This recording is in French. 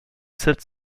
sept